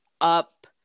up